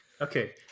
okay